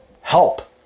help